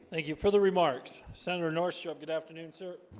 thank you for the remarks senator nourse chupp good afternoon, sir